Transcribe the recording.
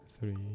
three